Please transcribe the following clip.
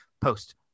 post